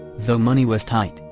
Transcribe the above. though money was tight,